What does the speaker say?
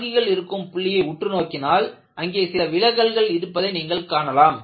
தாங்கிகள் இருக்கும் புள்ளியை உற்று நோக்கினால் அங்கே சில விலகல்கள் இருப்பதை நீங்கள் காணலாம்